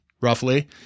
roughly